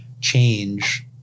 change